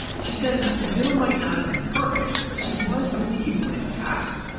she says that the bill might not have been perfect, but she was relieved when it passed,